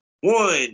one